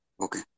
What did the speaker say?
okay